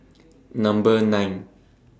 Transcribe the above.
Number nine